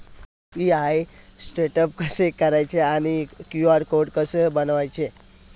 UPI setup कसे करायचे आणि क्यू.आर कोड कसा बनवायचा?